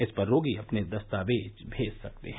इस पर रोगी अपने दस्तावेज भेज सकते हैं